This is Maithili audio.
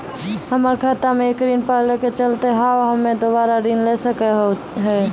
हमर खाता मे एक ऋण पहले के चले हाव हम्मे दोबारा ऋण ले सके हाव हे?